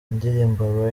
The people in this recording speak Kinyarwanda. indirimbo